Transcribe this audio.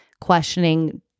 questioning